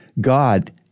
God